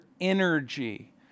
energy